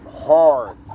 hard